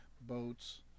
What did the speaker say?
boats